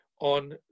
on